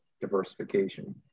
diversification